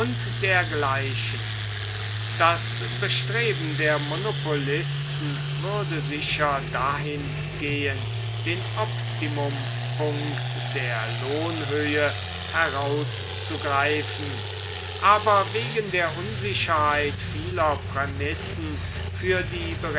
dergleichen das bestreben der monopolisten würde sicher dahin gehen den optimum p unkt der lohnhöhe herauszugreifen aber wegen der unsicherheit vieler prämissen für die